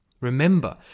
Remember